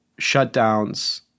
shutdowns